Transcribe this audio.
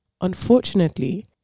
Unfortunately